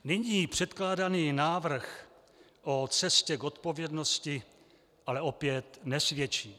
Nyní předkládaný návrh o cestě k odpovědnosti ale opět nesvědčí.